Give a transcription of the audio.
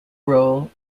role